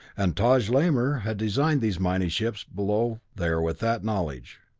and taj lamor had designed these mighty ships below there with that knowledge.